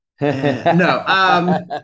No